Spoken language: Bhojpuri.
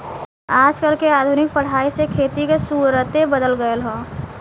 आजकल के आधुनिक पढ़ाई से खेती के सुउरते बदल गएल ह